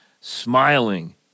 smiling